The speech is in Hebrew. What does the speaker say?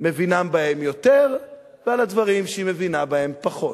מבינה בהם יותר ועל הדברים שהיא מבינה בהם פחות.